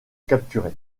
capturer